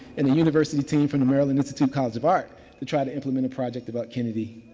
and the university team from the maryland institute college of art to try to implement a project about kennedy